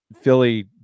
Philly